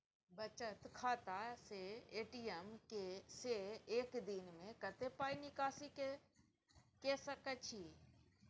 बचत खाता स ए.टी.एम से एक दिन में कत्ते पाई निकासी के सके छि?